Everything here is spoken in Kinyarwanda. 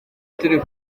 turi